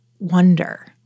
wonder